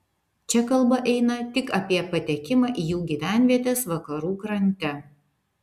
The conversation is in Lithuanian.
čia kalba eina tik apie patekimą į jų gyvenvietes vakarų krante